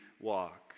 walk